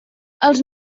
els